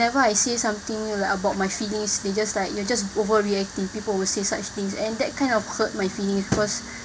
whenever I say something like about my feelings they just like you're just overreacting people always say such things and that kind of hurt my feelings because